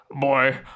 Boy